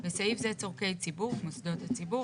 בסעיף זה "צרכי ציבור" - מוסדות הציבור,